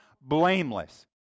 blameless